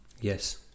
Yes